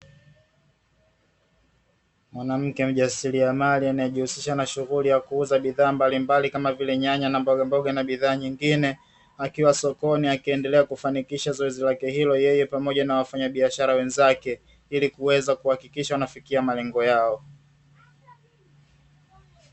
Mwanamke mjasiriamali anayejihusisha na shughuli ya kuuza bidhaa mbalimbali kama vile nyanya na mbogamboga na bidhaa nyingine. Akiwa sokoni akiendelea kufanikisha zoezi lake hilo yeye pamoja na wafanyabiashara wenzake, ili kuweza kuhakikisha wanafikia malengo yao.